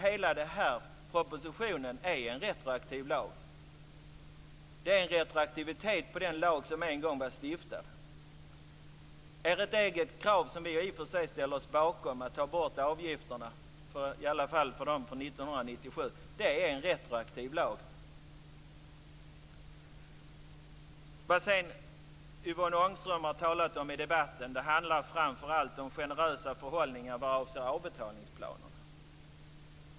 Men hela propositionen är ju en retroaktiv lag. Det är en retroaktivitet i den lag som en gång stiftades. Kravet att ta bort avgifterna ställer vi oss bakom, i alla fall för 1997 års bidragstagare - det är en retroaktiv lag. Vad Yvonne Ångström sedan har talat om i debatten handlar framför allt om generösa förhållningssätt vad avser avbetalningsplanerna.